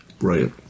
Right